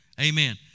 Amen